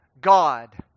God